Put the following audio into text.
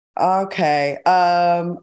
Okay